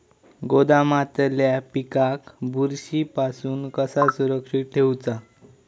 गोदामातल्या पिकाक बुरशी पासून कसा सुरक्षित ठेऊचा?